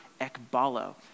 ekbalo